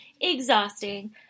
exhausting